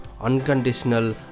unconditional